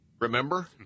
Remember